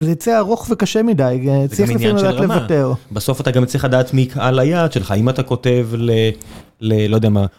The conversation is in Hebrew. זה יצא ארוך וקשה מדי, אה, צריך לפעמים לדעת לוותר. בסוף אתה גם צריך לדעת מי קהל היעד שלך, אם אתה כותב ל.. ל... לא יודע מה.